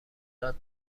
داد